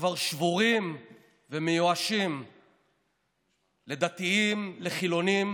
וכבר שבורים ומיואשים, לדתיים, לחילונים,